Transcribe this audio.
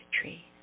tree